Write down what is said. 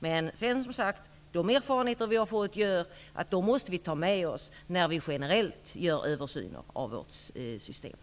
Som sagt: De erfarenheter som vi vunnit måste vi ha med när vi generellt gör en översyn av det här systemet.